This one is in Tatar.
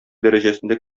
дәрәҗәсендә